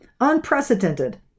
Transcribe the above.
Unprecedented